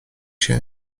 się